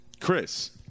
Chris